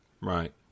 Right